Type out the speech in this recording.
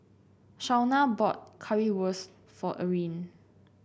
Shawna bought Currywurst for Eryn